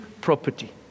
property